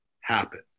happen